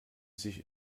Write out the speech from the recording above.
sich